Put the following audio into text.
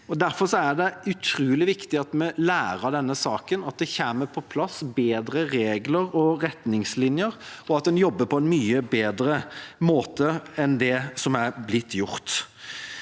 Derfor er det utrolig viktig at vi lærer av denne saken, at det kommer på plass bedre regler og retningslinjer, og at en jobber på en mye bedre måte enn det som er blitt gjort.